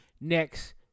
Next